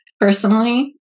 personally